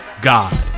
God